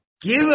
Give